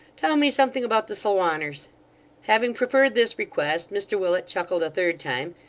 tell me something about the salwanners having preferred this request, mr willet chuckled a third time,